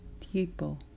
Tipo